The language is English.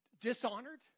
dishonored